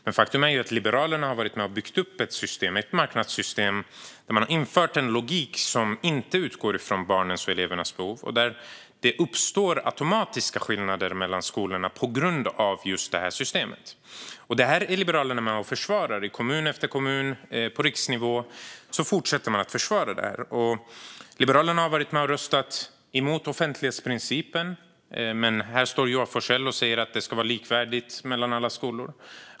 Men faktum är att Liberalerna har varit med och byggt upp ett marknadssystem med en logik som inte utgår från elevernas behov och där det automatiskt uppstår skillnader mellan skolorna just på grund av detta system. Detta försvarar Liberalerna i kommun efter kommun och på riksnivå. Liberalerna har också röstat emot offentlighetsprincipen, men här står Joar Forssell och säger att det ska vara likvärdigt mellan alla skolor.